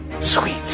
Sweet